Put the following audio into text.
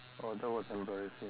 !wah! that was embarrassing